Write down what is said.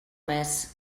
més